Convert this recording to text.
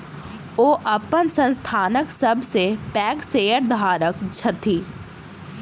ओ अपन संस्थानक सब सॅ पैघ शेयरधारक छथि